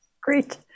Great